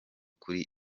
kuri